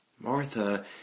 Martha